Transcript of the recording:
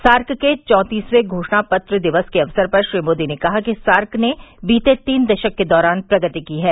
SAARC के चौंतीसवें घोषण पत्र दिवस के अवसर पर श्री मोदी ने कहा कि सार्क ने बीते तीन दशक के दौरान प्रगति की है